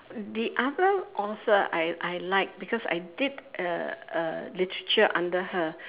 the other author I I like because I did a a literature under her